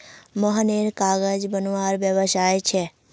मोहनेर कागज बनवार व्यवसाय छे